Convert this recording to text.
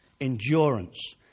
endurance